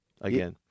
Again